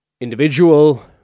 individual